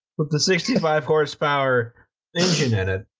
with the sixty five horsepower engine in it,